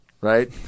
Right